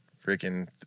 freaking